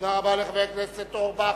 תודה רבה לחבר הכנסת אורבך.